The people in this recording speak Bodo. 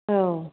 औ